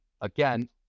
again